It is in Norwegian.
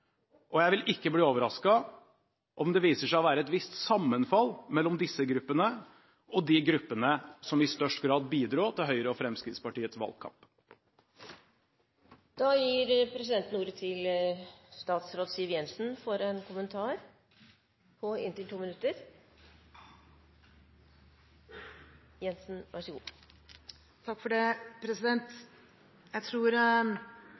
og jeg vil ikke bli overrasket hvis det viser seg å være et visst sammenfall mellom disse gruppene og de gruppene som i størst grad bidro til Høyres og Fremskrittspartiets valgkamp. Jeg tror det vil være klokt av representanten Serigstad Valen å lese tilleggsproposisjonen enda litt grundigere, før han konkluderer på